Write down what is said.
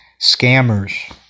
scammers